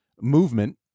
movement